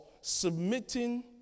submitting